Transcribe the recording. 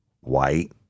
white